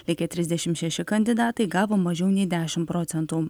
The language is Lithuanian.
likę trisdešim šeši kandidatai gavo mažiau nei dešim procentų